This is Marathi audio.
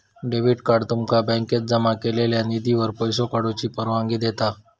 डेबिट कार्ड तुमका बँकेत जमा केलेल्यो निधीवर पैसो काढूची परवानगी देता